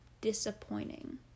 disappointing